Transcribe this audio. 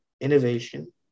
innovation